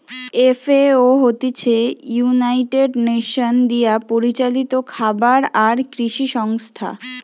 FAO হতিছে United Nations দিয়া পরিচালিত খাবার আর কৃষি সংস্থা